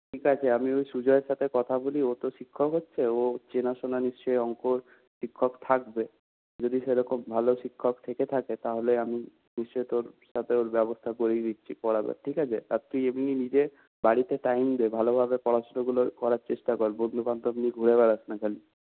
ঠিক আছে আমি ওই সুজয়ের সাথে কথা বলি ওতো শিক্ষক হচ্ছে ওর তো চেনাশোনা নিশ্চয়ই অঙ্ক শিক্ষক থাকবে যদি সেরকম ভালো শিক্ষক থেকে থাকে তাহলে আমি নিশ্চই তোর সাথে ওর ব্যবস্থা করিয়ে দিচ্ছি পড়াবে ঠিক আছে আর তুই এমনি নিজে বাড়িতে টাইম দে ভালোভাবে পড়াশোনাগুলো করার চেষ্টা কর বন্ধুবান্ধব নিয়ে ঘুরে বেড়াস না খালি